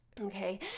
okay